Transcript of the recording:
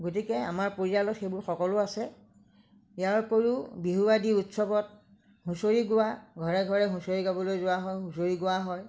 গতিকে আমাৰ পৰিয়ালত সেইবোৰ সকলো আছে ইয়াৰ উপৰিও বিহু আদি উৎসৱত হুঁচৰি গোৱা ঘৰে ঘৰে হুঁচৰি গাবলৈ যোৱা হয় হুঁচৰি গোৱা হয়